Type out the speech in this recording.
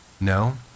no